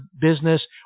business